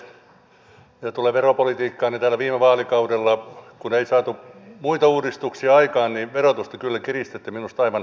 mitä tulee veropolitiikkaan niin täällä viime vaalikaudella kun ei saatu muita uudistuksia aikaan verotusta kyllä kiristitte minusta aivan tappiin